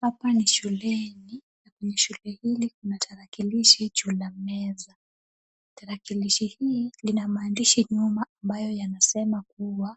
Hapa ni shuleni. Shule hii kuna tarakilishi juu ya meza. Tarakilishi hii ina maandishi nyuma ambayo yanasema kuwa